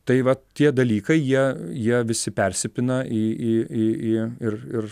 tai va tie dalykai jie jie visi persipina į į į į ir ir